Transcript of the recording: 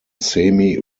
semi